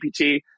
GPT